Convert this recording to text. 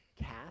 cast